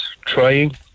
trying